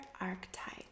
archetype